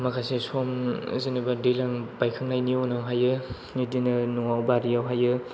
माखासे सम जेनेबा दैज्लां बायखांनायनि उनावहाय बिदिनो न'आव बारियावहाय